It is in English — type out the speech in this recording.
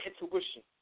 intuition